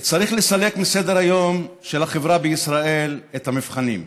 צריך לסלק מסדר-היום של החברה בישראל את המבחנים.